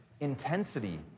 Intensity